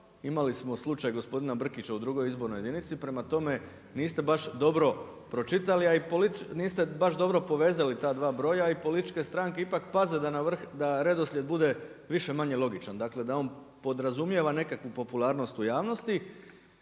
Imali smo slučaju gospodina Brkića u 2. izbornoj jedinici. Prema tome, niste baš dobro pročitali a niste baš dobro povezali ta dva broja i političke stranke ipak paze da na vrh, da redoslijed bude više-manje logičan, dakle da on podrazumijeva nekakvu popularnost u javnosti.